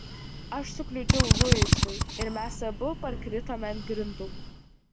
aš sukliudžiau luisui ir mes abu parkritome ant grindų